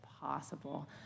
possible